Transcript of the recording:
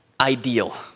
ideal